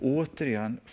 återigen